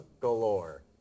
galore